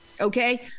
okay